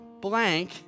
blank